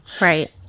Right